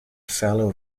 fellow